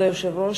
כבוד היושב-ראש,